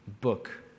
book